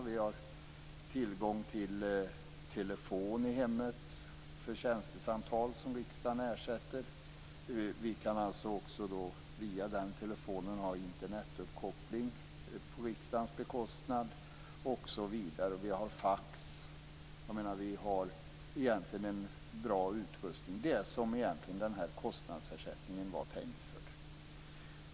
Vi har tillgång till telefon i hemmet för tjänstesamtal som riksdagen ersätter. Vi kan också via den telefonen ha Internetuppkoppling på riksdagens bekostnad, och vi har fax. Vi har egentligen en bra utrustning - den som den här kostnadsersättningen egentligen var tänkt för.